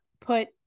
put